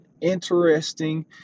interesting